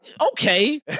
okay